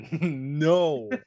No